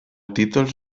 títols